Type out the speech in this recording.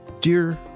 dear